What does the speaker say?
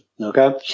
okay